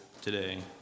today